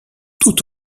tout